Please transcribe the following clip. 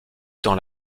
dans